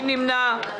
מי נמנע?